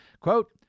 Quote